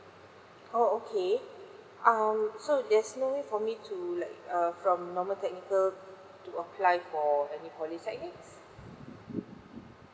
oh okay um so there's no way for me like err from normal technical to apply for any polytechnic